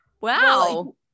Wow